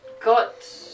got